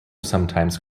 sometimes